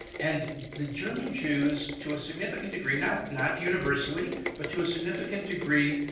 and the german jews, to a significant degree, not not universally, but to a significant degree,